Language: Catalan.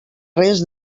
res